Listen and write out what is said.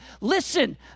Listen